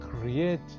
create